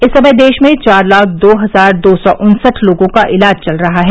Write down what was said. इस समय देश में चार लाख दो हजार दो सौ उन्सठ लोगों का इलाज चल रहा है